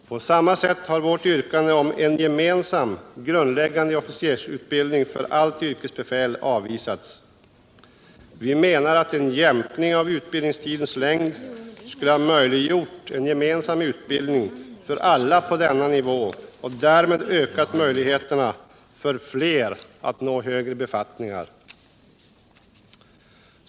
På samma sätt har vårt yrkande om en gemensam grundläggande officersutbildning för allt yrkesbefäl avvisats. Vi menar att jämkning av utbildningstidens längd skulle ha möjliggjort en gemensam utbildning för alla på denna nivå och därmed ökat möjligheterna för fler att nå högre befattningar.